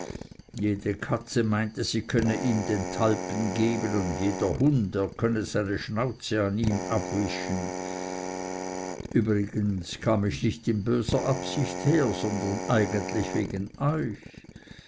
jede katze meinte sie könne ihm den talpen geben und jeder hund er könne seine schnauze an ihm abwischen übrigens kam ich nicht in böser absicht her sondern eigentlich wegen euch